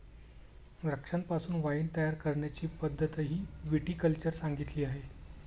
द्राक्षांपासून वाइन तयार करण्याची पद्धतही विटी कल्चर सांगितली आहे